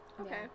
Okay